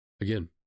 Again